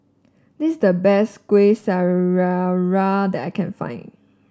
this is the best Kuih Syara that I can find